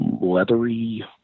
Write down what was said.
leathery